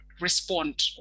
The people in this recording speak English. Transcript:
respond